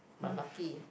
but lucky